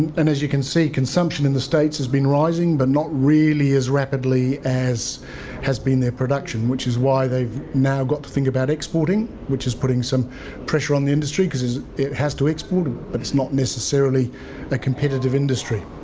and as you can see consumption in the states has been rising, but not really as rapidly as has been their production. which is why they've now got to think about exporting which is putting some pressure on the industry, because it has to export but it's not necessarily a competitive industry.